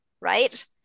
right